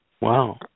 Wow